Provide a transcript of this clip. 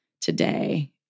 today